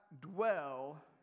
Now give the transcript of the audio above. dwell